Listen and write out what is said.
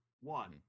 one